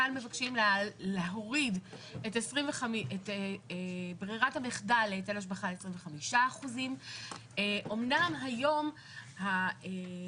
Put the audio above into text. כאן מבקשים להוריד את ברירת המחדל להיטל השבחה 25%. אמנם היום הפטור,